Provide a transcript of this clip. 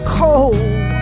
cold